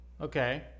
Okay